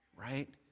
right